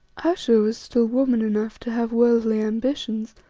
ayesha was still woman enough to have worldly ambitions,